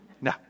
No